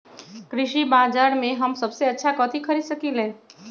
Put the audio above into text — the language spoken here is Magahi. कृषि बाजर में हम सबसे अच्छा कथि खरीद सकींले?